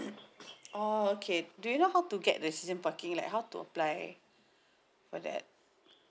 oh okay do you know how to get the season parking like how to apply for that